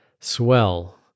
Swell